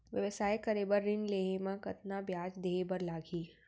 व्यवसाय करे बर ऋण लेहे म कतना ब्याज देहे बर लागही?